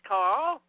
Carl